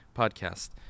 podcast